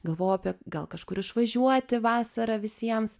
galvojau apie gal kažkur išvažiuoti vasarą visiems